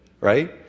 right